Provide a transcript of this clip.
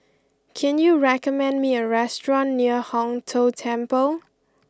can you recommend me a restaurant near Hong Tho Temple